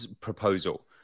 proposal